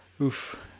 Oof